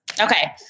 Okay